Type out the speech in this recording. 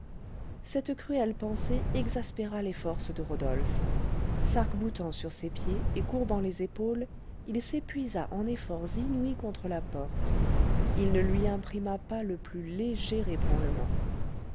cette cruelle pensée exaspéra les forces de rodolphe sarc boutant sur ses pieds et courbant les épaules il s'épuisa en efforts inouïs contre la porte il ne lui imprima pas le plus léger ébranlement